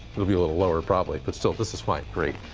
will be a little lower, probably, but still this is fine. great.